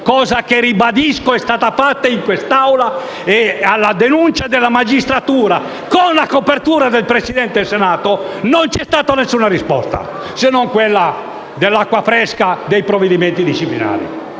cosa che - ribadisco - è stata fatta in quest'Aula e alla denuncia della magistratura, con la copertura del Presidente del Senato, non c'è stata alcuna risposta se non quella dell'acqua fresca dei provvedimenti disciplinari.